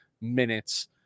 minutes